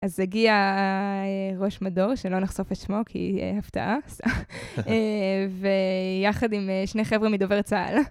אז הגיע ראש מדור, שלא נחשוף את שמו, כי הפתעה. ויחד עם שני חברה מדובר צהל.